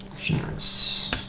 Generous